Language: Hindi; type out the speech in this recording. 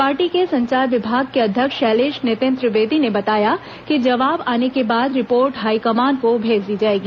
पार्टी के संचार विभाग के अध्यक्ष शैलेष नितिन त्रिवेदी ने बताया कि जवाब आने के बाद रिपोर्ट हाईकमान को भेज दी जाएगी